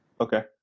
Okay